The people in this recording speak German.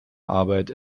arbeit